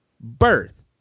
birth